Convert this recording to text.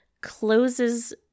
closes